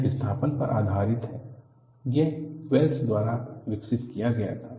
यह विस्थापन पर आधारित है यह वेल्स द्वारा विकसित किया गया था